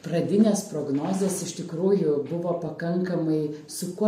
pradinės prognozės iš tikrųjų buvo pakankamai su kuo